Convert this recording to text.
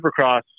supercross